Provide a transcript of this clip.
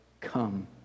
come